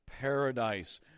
Paradise